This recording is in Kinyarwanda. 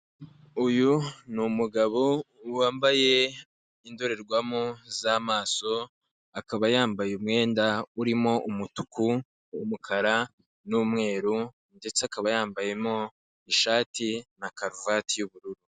Uyu ni umugabo wambaye indorerwamo z'amaso akaba yambaye umwenda urimo umutuku, umukara n'umweru ndetse akaba yambayemo ishati na karuvati y'ubururu.